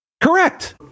Correct